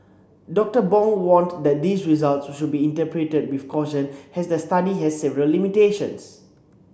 Doctor Bong warned that these results should be interpreted with caution as the study has several limitations